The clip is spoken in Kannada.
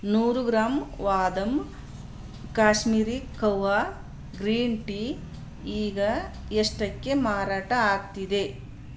ನೂರು ಗ್ರಾಂ ವಾದಂ ಕಾಶ್ಮೀರಿ ಕವ್ವಾ ಗ್ರೀನ್ ಟೀ ಈಗ ಎಷ್ಟಕ್ಕೆ ಮಾರಾಟ ಆಗ್ತಿದೆ